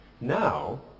Now